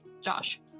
Josh